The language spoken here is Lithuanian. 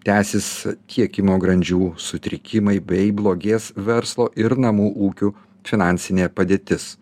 tęsis tiekimo grandžių sutrikimai bei blogės verslo ir namų ūkių finansinė padėtis